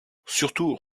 surtout